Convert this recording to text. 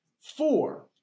Four